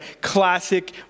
classic